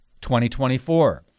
2024